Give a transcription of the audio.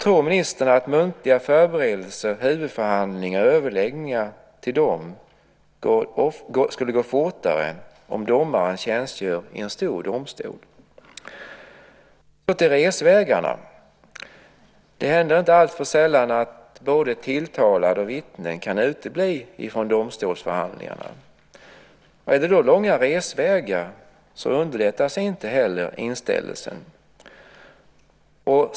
Tror ministern att muntliga förberedelser, huvudförhandlingar och överläggningar till dem skulle gå fortare om domaren tjänstgör vid en stor domstol? Jag vill också ta upp resvägarna. Det händer inte alltför sällan att både tilltalad och vittnen kan utebli från domstolsförhandlingarna. Är det då långa resvägar så underlättas inte heller inställelsen.